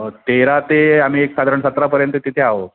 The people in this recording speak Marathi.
तेरा ते आम्ही एक साधारण सतरापर्यंत तिथे आहो